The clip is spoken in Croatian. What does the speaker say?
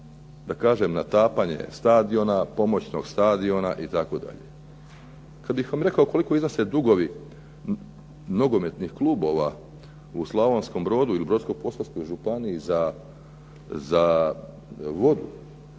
da kažem natapanje stadiona, pomoćnog stadiona itd. Kada bih vam rekao koliko iznose dugovi nogometnih klubova u Slavonskom Brodu ili Brodsko-posavskoj županiji za vodu,